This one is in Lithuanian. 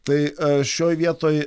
tai šioj vietoj